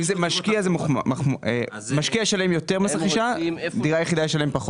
צריך להיות ממש לא כלכלי כדי לבקש אותה כדירת מגורים.